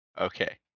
Okay